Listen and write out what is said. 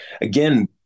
again